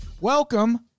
Welcome